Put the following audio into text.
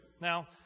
Now